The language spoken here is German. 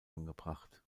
angebracht